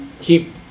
keep